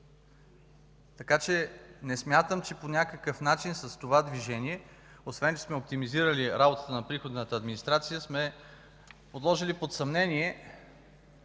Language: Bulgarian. Така че не смятам, че по някакъв начин с това движение, освен че сме оптимизирали работата на приходната администрация, сме подложили под съмнение